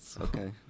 Okay